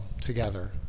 together